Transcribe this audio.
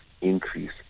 increase